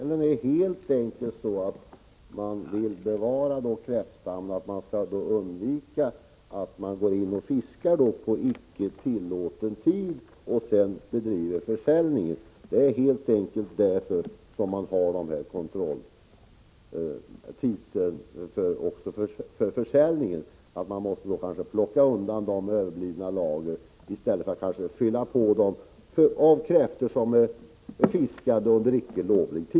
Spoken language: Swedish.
Herr talman! Skälet är att man vill bevara de kräftstammar som finns. Man vill undvika att det fiskas på icke tillåten tid och att sådana fångster sedan säljs. Det är helt enkelt därför vi har denna tidsbegränsning också av försäljningen, så att man måste plocka undan de överblivna lagren i stället för att kanske fylla på dem med kräftor som är fiskade under icke lovlig tid.